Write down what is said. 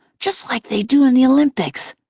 just like they do in the olympics,